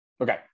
okay